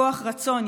כוח רצון,